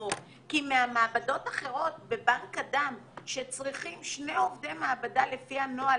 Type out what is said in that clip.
כי במעבדות אחרות בבנק הדם שצריכים שני עובדי מעבדה לפי הנוהל